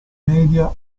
media